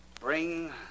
bring